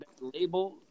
Label